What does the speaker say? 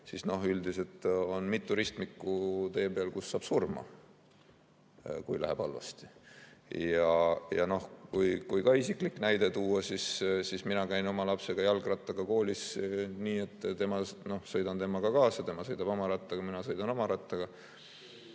siis üldiselt on tee peal mitu ristmikku, kus võib surma saada, kui läheb halvasti. Ja noh, kui ka isiklik näide tuua, siis mina käin oma lapsega jalgrattaga koolis nii, et sõidan temaga kaasa. Tema sõidab oma rattaga, mina sõidan oma rattaga.